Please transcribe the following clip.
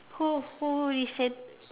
who who reset